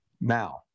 Now